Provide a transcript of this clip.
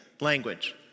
language